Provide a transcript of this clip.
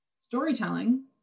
storytelling